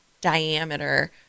diameter